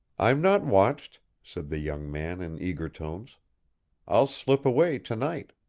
i'm not watched, said the young man in eager tones i'll slip away to-night.